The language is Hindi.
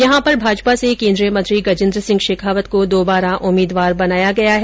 यहां पर भाजपा से केन्द्रीय मंत्री गजेन्द्र सिंह शेखावत को दुबारा उम्मीदवार बनाया गया है